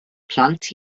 plant